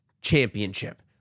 Championship